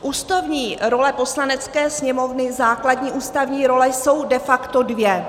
Ústavní role Poslanecké sněmovny, základní ústavní role, jsou de facto dvě.